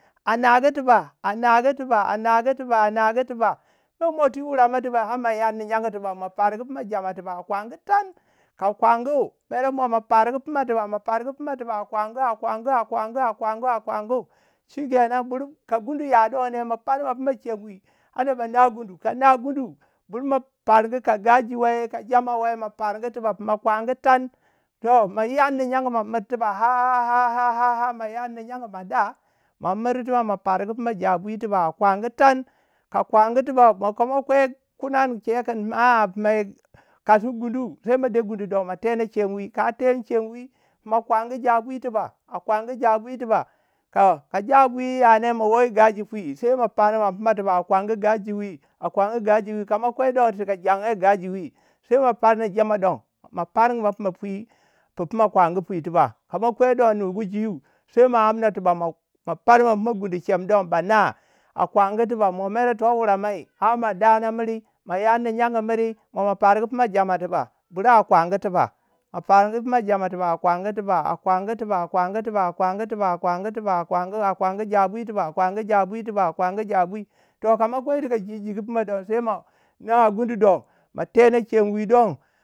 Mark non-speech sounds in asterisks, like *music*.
a nagu tiba a nagu tiba a nagi tiba a nagu tiba mir mo twi wuromai ha ma yarnu gyengu tiba, ma fargu funa jama tiba a kwamgu tan. a kwamgu mer mo ma fargu fina tuba ma fargu fina tuba, a kwangu a kwamgu a kwamgu a kwamgu a kwamgu shikenan bur ka gundu ya donne ma *unintelligible* kelo gundu ma far man fina a chemwi ba na gundu. ka na gundu bur ma fargu ka gaji wai, ka jama wai. ma fargu tiba. ma fargu tan funa tan ma yarna gyengu ma mir tiba ha- ha- ha mayarna gyengu mada ma mir tiba, ma fargu fina jabi a kwamgu tan ka kwamgu tiba ma ka mo kwi kanune che kun a- a ma kasgu gundu sai mo de gundu do ma teni chemwi a kwamgu jabai tiba a kwamgu tiba a kwamgu jabai tiba. Toh ka jabai yane ma wo i gaji wi saima farman guna tuba ka ma kwai fina janganga i gajiwi, sai ma faman fina tiba ma fargu gaji wi ma fargu gaji wi. Kama kwe don chika jang̣e *hesitation* gaji wi. sai mo panna jama don. Ma farmangu pima pi. pu puma kwagu tuba. Ka ma kwe don nugu jwi. sai ma amna tuba. ma- ma parman pima guni chem don ba na, a kwamgu tuba mere to wurei mai har ma dama miri ma yarnu yanwi, ma pargu pima jama tiba bur a kwamgu tiba. Ma pargu pima jama. a kwamgu tiba a kwamgu tiba a kwamgu tiba a kwamgu a kwamgu ja bi tiba a kwamgu jabi. Toh kama kwei chika ji jigu pima don. sai mo na gunu do, mo tena chem wi don.